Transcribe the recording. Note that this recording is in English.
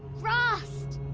rost.